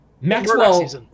Maxwell